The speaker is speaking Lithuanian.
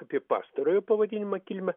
kaip pastarojo pavadinimo kilmę